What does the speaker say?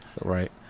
Right